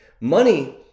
Money